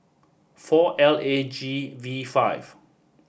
four L A G V five